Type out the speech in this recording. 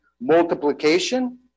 multiplication